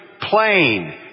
plain